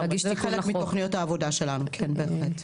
זה חלק מתכניות העבודה שלנו בהחלט.